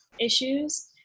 issues